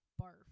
barf